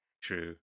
true